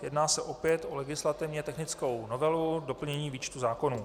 Jedná se opět o legislativně technickou novelu, doplnění výčtu zákonů.